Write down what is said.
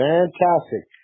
Fantastic